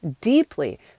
deeply